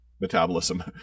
metabolism